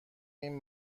این